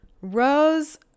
rose